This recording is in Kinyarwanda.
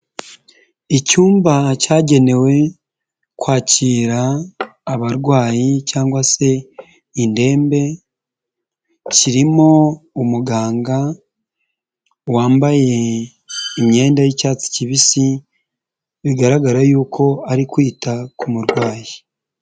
Icyumba cyagenewe kwakira abarwayi cyangwa se indembe, kirimo umuganga, wambaye imyenda y'icyatsi kibisi, bigaragara yuko ari kwita ku murwayi.